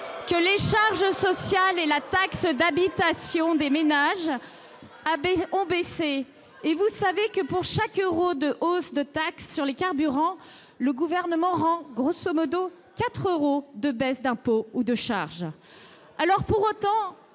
que les charges sociales et la taxe d'habitation des ménages ont baissé. Vous savez aussi que pour chaque euro de hausse de taxe sur les carburants, le Gouvernement rend,, 4 euros en baisse d'impôts ou de charges. Pour autant,